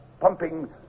pumping